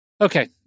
Okay